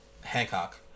Hancock